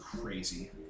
crazy